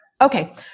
Okay